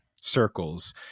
circles